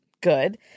good